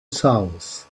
south